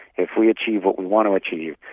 if we achieve what we want to achieve,